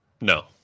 No